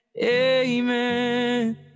Amen